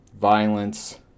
violence